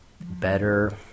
better